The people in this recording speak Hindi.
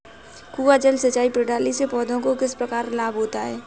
कुआँ जल सिंचाई प्रणाली से पौधों को किस प्रकार लाभ होता है?